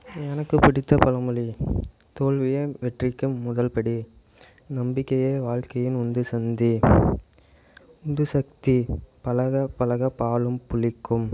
எனக்கு பிடித்த பழமொழி தோல்வியே வெற்றிக்கு முதல்படி நம்பிக்கையே வாழ்க்கையின் உந்து சந்தி உந்து சக்தி பழக பழக பாலும் புளிக்கும்